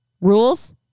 rules